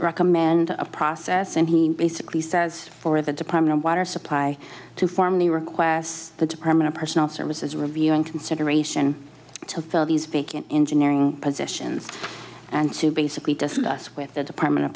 recommend a process and he basically says for the department of water supply to formally request the department of personnel services review and consideration to fill these big an engineering positions and to basically discuss with the department of